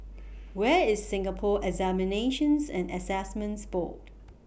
Where IS Singapore Examinations and Assessments Board